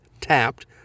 tapped